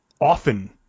often